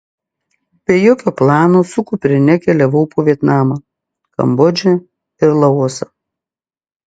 be jokio plano su kuprine keliavau po vietnamą kambodžą ir laosą